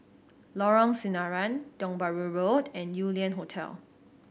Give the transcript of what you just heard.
Lorong Sinaran Tiong Bahru Road and Yew Lian Hotel